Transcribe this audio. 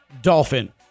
dolphin